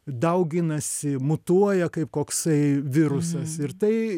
dauginasi mutuoja kaip koksai virusas ir tai